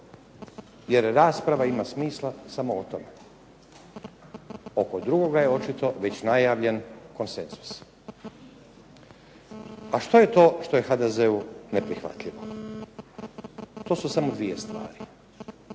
jer rasprava ima smisla samo o tome. Oko drugoga je očito već najavljen konsenzus. Što je to što je HDZ-u neprihvatljivo? To su samo dvije stvari.